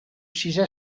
sisè